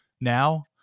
now